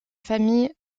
famille